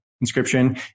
Inscription